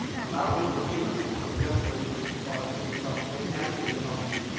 and not only for venus. for example, if we do some reentry of the